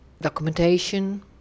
documentation